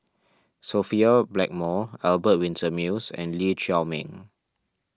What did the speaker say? Sophia Blackmore Albert Winsemius and Lee Chiaw Meng